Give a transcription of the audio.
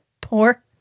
poor